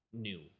new